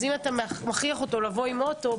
אז אם אתה מכריח אותם להגיע עם אוטו,